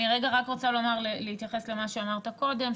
אני רוצה להתייחס למה שאמרת קודם,